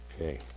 Okay